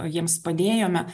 jiems padėjome